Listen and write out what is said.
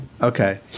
Okay